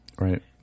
Right